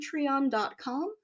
patreon.com